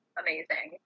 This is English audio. amazing